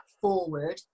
forward